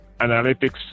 analytics